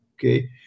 okay